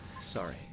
sorry